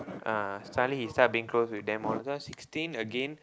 uh suddenly he start being close with them all two thousand sixteen again